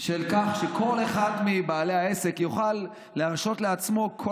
כך שכל אחד מבעלי העסק יוכל להרשות לעצמו כל